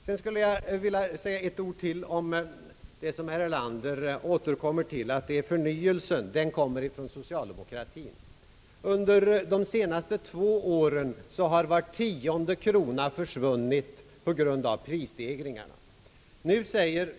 Sedan vill jag säga några ord om det som herr Erlander återkommer till, nämligen att förnyelsen kommer från socialdemokratien. Under de senaste två åren har var tionde krona försvunnit på grund av prisstegringarna.